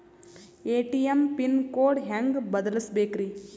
ATM pin code ಹೆಂಗ್ ಬದಲ್ಸ್ಬೇಕ್ರಿ?